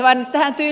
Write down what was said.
sen jälkeen